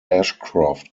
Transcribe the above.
ashcroft